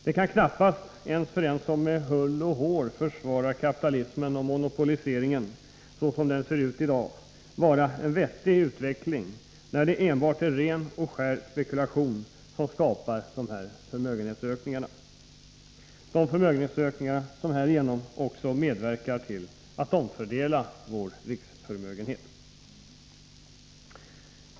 Det kan knappast, ens för en som med hull och hår försvarar kapitalismen och monopoliseringen så som den i dag ser ut, vara en vettig utveckling när det enbart är ren och skär spekulation som skapar dessa förmögenhetsökningar, som också medverkar till att omfördela riksförmögenheten.